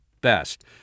Best